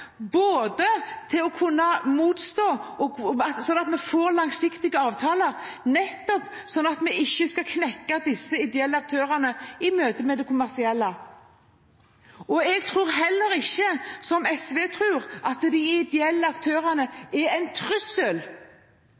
at vi får langsiktige avtaler nettopp så vi ikke knekker disse ideelle aktørene i møtet med det kommersielle. Og jeg tror heller ikke, som SV tror, at de ideelle aktørene er en trussel